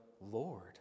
Lord